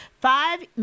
five